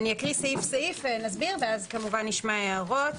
אני אקריא את הסעיפים, נסביר וכמובן נשמע הערות.